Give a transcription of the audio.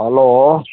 hello